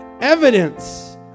Evidence